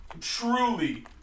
truly